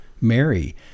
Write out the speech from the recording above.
Mary